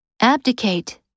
Abdicate